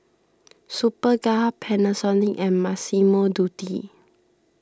Superga Panasonic and Massimo Dutti